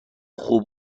خوب